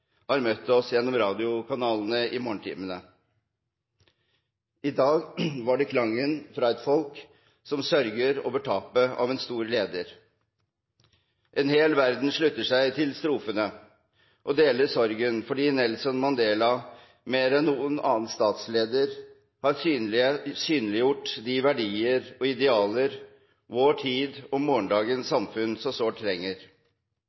har møtt oss gjennom radiokanalene i morgentimene. I dag var det klangen fra et folk som sørger over tapet av en stor leder. En hel verden slutter seg til strofene og deler sorgen fordi Nelson Mandela mer enn noen annen statsleder har synliggjort de verdier og idealer vår tid og morgendagens samfunn så sårt trenger.